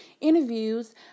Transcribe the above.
interviews